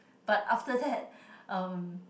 but after that um